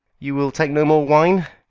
you will take no more wine?